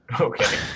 Okay